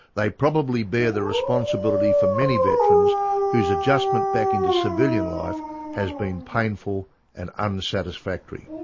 they probably bear the responsibility for many veterans whose adjustment back into civilian life has been painful and unsatisfactory.